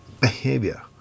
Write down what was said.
behavior